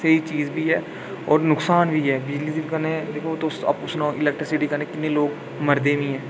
बडी स्हेई चीज़ बी ऐ होर नुक्सान बी ऐ बिजली दे कन्नै दिक्खो तुस आपूं सनाओ इलेक्ट्रिसिटी कन्नै कि'न्ने लोग मरदे बी ऐ